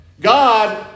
God